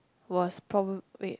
was probab~ wait